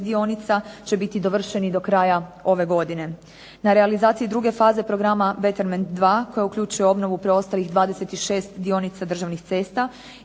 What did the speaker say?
dionica će biti dovršeni do kraja ove godine. Na realizaciji druge faze programa Betterment dva koja uključuje obnovu preostalih 26 dionica državnih cesta